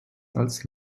als